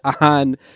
on